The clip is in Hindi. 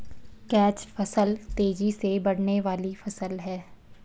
कैच फसल तेजी से बढ़ने वाली फसल है